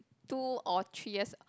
two or three years